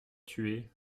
tué